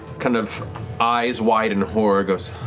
kind of eyes wide in horror, goes,